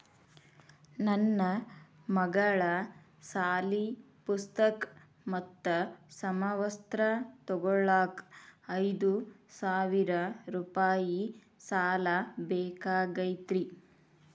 ನನ್ನ ಮಗಳ ಸಾಲಿ ಪುಸ್ತಕ್ ಮತ್ತ ಸಮವಸ್ತ್ರ ತೊಗೋಳಾಕ್ ಐದು ಸಾವಿರ ರೂಪಾಯಿ ಸಾಲ ಬೇಕಾಗೈತ್ರಿ